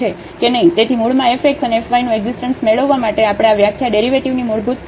તેથી મૂળમાં fxઅને f yનું એકઝીસ્ટન્સ મેળવવા માટે આપણે આ વ્યાખ્યા ડેરિવેટિવની મૂળભૂત લેક્ચરો ઉપયોગ કરીએ છીએ